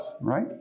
right